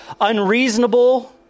unreasonable